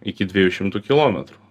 iki dviejų šimtų kilometrų